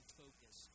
focus